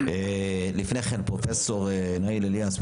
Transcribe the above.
לפני כן בזום פרופ' נאיל אליאס,